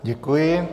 Děkuji.